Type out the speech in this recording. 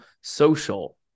social